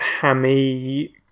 hammy